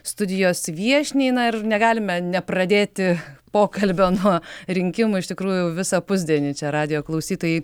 studijos viešniai na ir negalime nepradėti pokalbio nuo rinkimų iš tikrųjų visą pusdienį čia radijo klausytojai